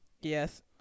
Yes